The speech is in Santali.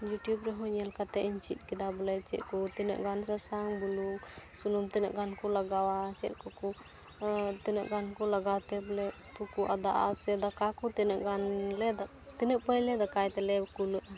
ᱤᱭᱩᱴᱩᱵᱽ ᱨᱮᱦᱚᱸ ᱧᱮᱞ ᱠᱟᱛᱮ ᱤᱧ ᱪᱮᱫ ᱠᱮᱫᱟ ᱵᱚᱞᱮ ᱪᱮᱫ ᱠᱚ ᱛᱤᱱᱟᱹᱜ ᱜᱟᱱ ᱥᱟᱥᱟᱝ ᱵᱩᱞᱩᱝ ᱥᱩᱱᱩᱢ ᱛᱤᱱᱟᱹᱜ ᱜᱟᱱ ᱠᱚ ᱞᱟᱜᱟᱣᱟ ᱪᱮᱫ ᱠᱚᱠᱚ ᱛᱤᱱᱟᱹᱜ ᱜᱟᱱ ᱠᱚ ᱞᱟᱜᱟᱣ ᱛᱮ ᱵᱚᱞᱮ ᱩᱛᱩ ᱠᱚ ᱟᱫᱟᱜᱼᱟ ᱥᱮ ᱫᱟᱠᱟ ᱠᱚ ᱛᱤᱱᱟᱹᱜ ᱜᱟᱱ ᱞᱮ ᱛᱤᱱᱟᱹᱜ ᱯᱟᱹᱭ ᱞᱮ ᱫᱟᱠᱟᱭ ᱛᱮᱞᱮ ᱠᱩᱞᱟᱹᱜᱼᱟ